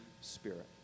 Spirit